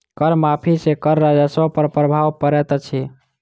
कर माफ़ी सॅ कर राजस्व पर प्रभाव पड़ैत अछि